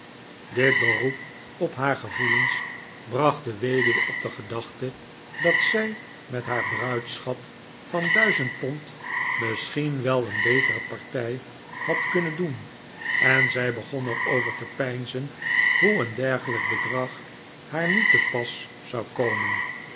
dit beroep op haar gevoelens bracht de weduwe op de gedachte dat zij met haar bruidsschat van duizend pond misschien wel een betere partij had kunnen doen en zij begon er over te peinzen hoe een dergelijk bedrag haar nu te pas zou komen